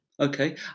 Okay